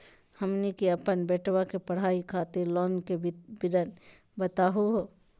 हमनी के अपन बेटवा के पढाई खातीर लोन के विवरण बताही हो?